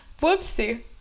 Whoopsie